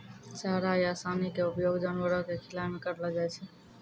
चारा या सानी के उपयोग जानवरों कॅ खिलाय मॅ करलो जाय छै